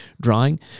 drawing